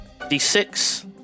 D6